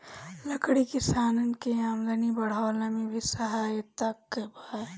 लकड़ी किसानन के आमदनी बढ़वला में भी सहायक बाटे